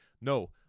No